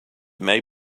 may